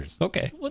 Okay